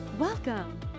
Welcome